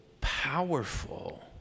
powerful